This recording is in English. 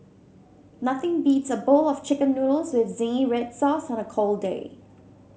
nothing beats a bowl of Chicken Noodles with zingy red sauce on a cold day